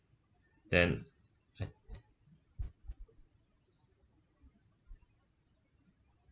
then